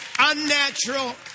unnatural